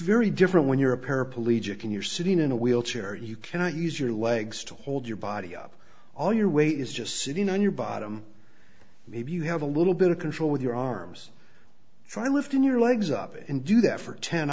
very different when you're a paraplegic and you're sitting in a wheelchair you cannot use your legs to hold your body up all your weight is just sitting on your bottom maybe you have a little bit of control with your arms trying within your legs up and do that for ten